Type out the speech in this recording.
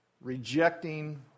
rejecting